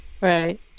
Right